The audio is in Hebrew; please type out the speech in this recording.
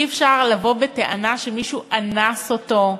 אי-אפשר לבוא בטענה שמישהו אנס אותו,